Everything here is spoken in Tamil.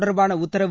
தொர்பான உத்தரவு